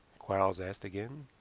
quarles asked again.